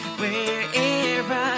wherever